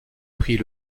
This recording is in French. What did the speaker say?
pris